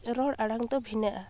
ᱨᱚᱲ ᱟᱲᱟᱝ ᱫᱚ ᱵᱷᱤᱱᱟᱹᱜᱼᱟ